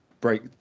break